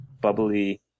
bubbly